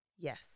Yes